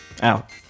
Out